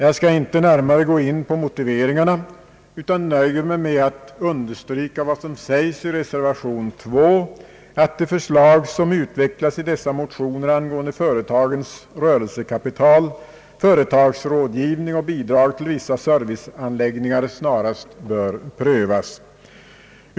Jag skall inte närmare gå in på motiveringarna, utan nöjer mig med att understryka vad som sägs i reservation 2, att de förslag som utvecklats i dessa motioner angående företagens rörelsekapital, företagsrådgivning och bidrag till vissa serviceanläggningar snarast bör prövas.